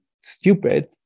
stupid